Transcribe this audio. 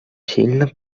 сильно